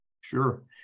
Sure